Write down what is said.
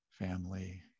family